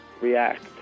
react